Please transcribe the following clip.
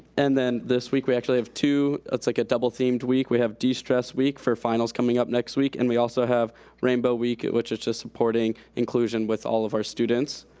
and then this week, we actually have two, it's like a double themed week, we have de-stress week for finals coming up next week, and we also have rainbow week, which is just supporting inclusion with all of our students.